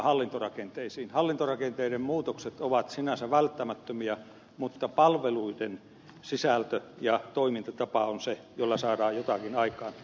hallintorakenteiden muutokset ovat sinänsä välttämättömiä mutta palveluiden sisältö ja toimintatapa on se jolla saadaan jotakin aikaan